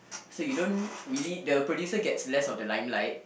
so you don't really the producer gets less of the limelight